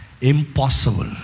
Impossible